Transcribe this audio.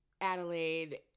Adelaide